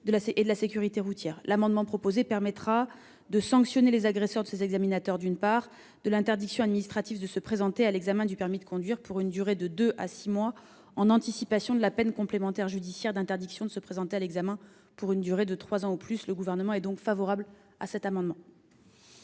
et de la sécurité routière. La modification ici proposée à ces articles permettra de sanctionner les agresseurs de ces examinateurs de l'interdiction administrative de se présenter à l'examen du permis de conduire pour une durée de deux à six mois, en anticipation de la peine complémentaire judiciaire d'interdiction de se présenter à l'examen pour une durée de trois ans ou plus. Le Gouvernement émet donc un avis favorable sur cet amendement.